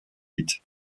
vite